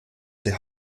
der